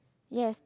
yes